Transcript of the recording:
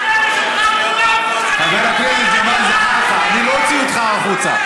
חבר הכנסת ג'מאל זחאלקה, אני לא אוציא אותך החוצה.